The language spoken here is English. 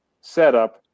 setup